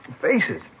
Faces